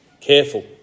careful